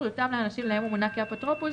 יותאם לאנשים להם הוא מונה כאפוטרופוס,